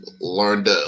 Learned